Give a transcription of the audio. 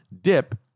Dip